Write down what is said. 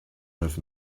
have